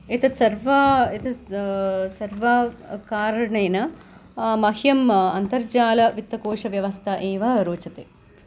एतत् सर्व एतत् सर्वकारणेन मह्यम् अन्तर्जालवित्तकोशव्यवस्था एव रोचते